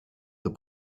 the